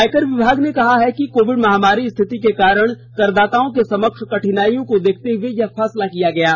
आयकर विभाग ने कहा है कि कोविड महामारी स्थिति के कारण करदाताओं के समक्ष कठिनाइयों को देखते हुए यह फैसला किया गया है